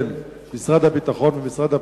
של משרד הביטחון ומשרד הפנים,